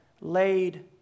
laid